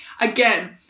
Again